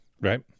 Right